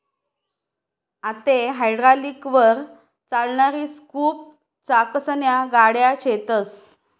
आते हायड्रालिकलवर चालणारी स्कूप चाकसन्या गाड्या शेतस